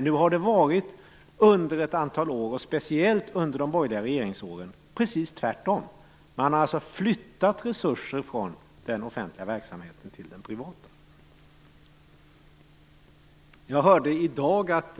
Nu har det under ett antal år varit, speciellt under de borgerliga regeringsåren, precis tvärtom. Man har alltså flyttat resurser från den offentliga verksamheten till den privata. Jag hörde i dag att